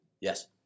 Yes